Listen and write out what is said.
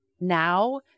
now